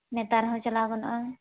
ᱱᱮᱛᱟᱨ ᱦᱚᱸ ᱪᱟᱞᱟᱣ ᱜᱟᱱᱚᱜᱼᱟ